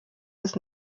des